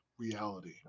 reality